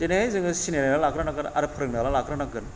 दिनै जोङो सिनायनानै लाग्रोनांगोन आरो फोरोंनानै लाग्रोनांगोन